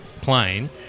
plane